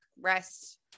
rest